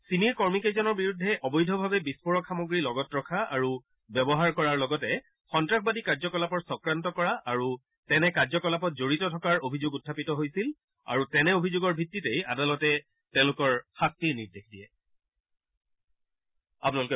ছিমিৰ কৰ্মীকেইজনৰ বিৰুদ্ধে অবৈধভাৱে বিস্ফোৰক সামগ্ৰী লগত ৰখা আৰু ব্যৱহাৰ কৰাৰ লগতে সন্তাসবাদী কাৰ্যকলাপৰ চক্ৰান্ত কৰা আৰু তেনে কাৰ্যকলাপত জড়িত থকাৰ অভিযোগ উখাপিত হৈছিল আৰু তেনে অভিযোগৰ ভিত্তিতেই আদালতে তেওঁলোকৰ শাস্তিৰ নিৰ্দেশ দিয়ে